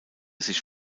sich